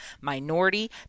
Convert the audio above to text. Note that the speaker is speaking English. minority